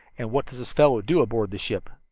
and what does this fellow do aboard the ship?